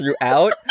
throughout